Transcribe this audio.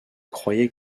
croyais